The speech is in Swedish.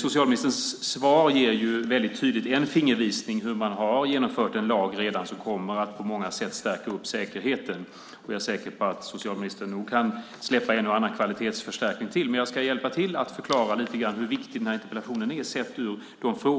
Socialministerns svar ger en tydlig fingervisning om hur man redan har genomfört en lag som på många sätt kommer att stärka säkerheten. Jag är säker på att socialministern kan släppa en och annan kvalitetsförstärkning till. Men jag ska hjälpa till att förklara lite grann hur viktig interpellationen är sett med utgångspunkt